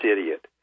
idiot